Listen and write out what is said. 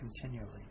continually